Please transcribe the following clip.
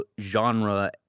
genre